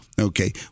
Okay